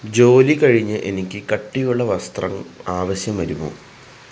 ജോലി കഴിഞ്ഞ് എനിക്ക് കട്ടിയുള്ള വസ്ത്രം ആവശ്യം വരുമോ